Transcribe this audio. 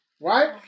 Right